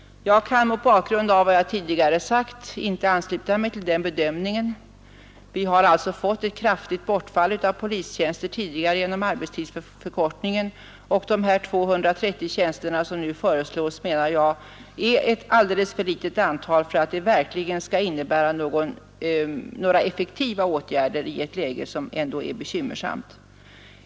Jag kan mot Nr 42 bakgrund av vad jag tidigare har sagt inte ansluta mig till den Torsdagen den bedömningen. Vi har alltså fått ett kraftigt bortfall av polismanstjänster 16 mars 1972 tidigare genom arbetstidsförkortningen, och de 230 tjänster som nu föreslås, menar jag, är ett alldeles för litet antal för att det verkligen skall innebära några effektiva åtgärder i ett läge som ändå är bekymmersamt.